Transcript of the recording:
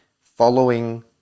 following